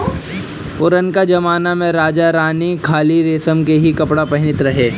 पुरनका जमना में राजा रानी खाली रेशम के ही कपड़ा पहिनत रहे